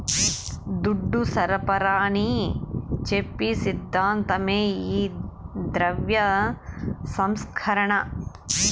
దుడ్డు సరఫరాని చెప్పి సిద్ధాంతమే ఈ ద్రవ్య సంస్కరణ